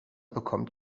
bekommt